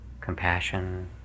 compassion